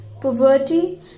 poverty